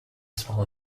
smaller